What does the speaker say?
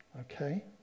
Okay